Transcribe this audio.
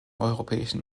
europäischen